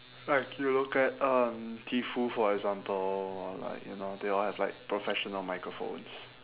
like you look at um teafoo for example or like you know they all have like professional microphones